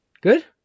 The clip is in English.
Good